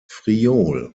friaul